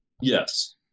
Yes